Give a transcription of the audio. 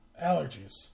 allergies